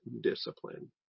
discipline